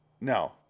No